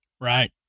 Right